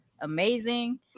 amazing